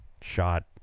shot